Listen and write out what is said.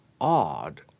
odd